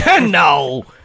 No